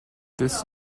this